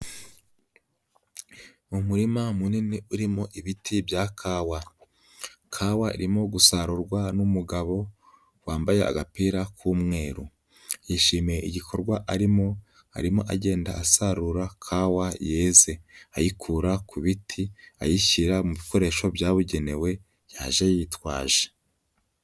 Umurima munini urimo ibiti bya kawa. Kawa aririmo gusarurwa n'umugabo wambaye agapira k'umweru. Yishimiye igikorwa arimo, arimo agenda asarura kawa yeze ayikura ku biti ayishyira mu bikoresho byabugenewe yaje yitwaje.